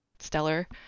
stellar